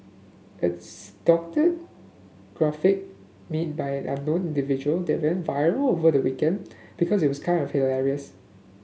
it's doctored graphic made by unknown individual that went viral over the weekend because it was kinda hilarious